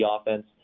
offense